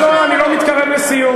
לא לא, אני לא מתקרב לסיום.